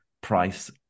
price